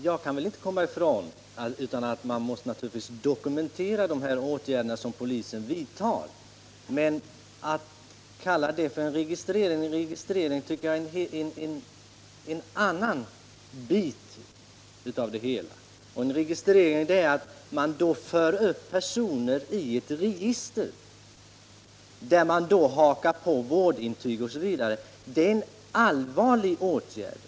Herr talman! Jag förstår att de åtgärder polisen i de här sammanhangen vidtar naturligtvis måste dokumenteras, men jag vill inte kalla detta för en registrering. Registrering anser jag är något helt annat. Med registrering förstås att man för upp personer i ett register och i samband därmed bilägger vårdintyg o. d., och det är en allvarlig åtgärd.